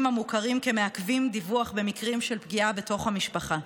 המוכרים כמעכבים דיווח במקרים של פגיעה בתוך המשפחה.